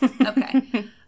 Okay